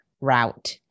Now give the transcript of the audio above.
route